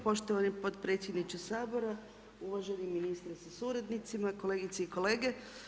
Poštovani potpredsjedniče Sabora, uvaženi ministre sa suradnicima, kolegice i kolege.